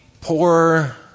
poor